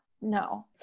No